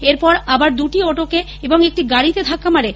এরপরে আবার দুটি অটো এবং একটি গাড়ীতে ধাক্কা মারে